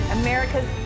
America's